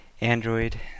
Android